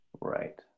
Right